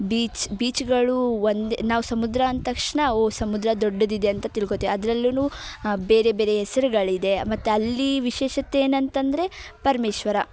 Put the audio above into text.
beach ಬೀಚ್ಗಳು ಒಂದೇ ನಾವು ಸಮುದ್ರ ಅಂದ ತಕ್ಷಣ ಓ ಸಮುದ್ರ ದೊಡ್ಡದಿದೆ ಅಂತ ತಿಳ್ಕೊತೀವಿ ಅದರಲ್ಲೂ ಬೇರೆ ಬೇರೆ ಹೆಸ್ರ್ಗಳಿದೆ ಮತ್ತು ಅಲ್ಲಿ ವಿಶೇಷತೆ ಏನಂತಂದರೆ ಪರಮೇಶ್ವರ